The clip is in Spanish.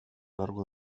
largo